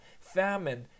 famine